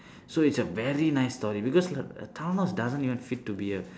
so it's a very nice story because thanos doesn't even fit to be a